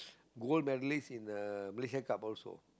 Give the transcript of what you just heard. gold medalist in uh Malaysia Cup also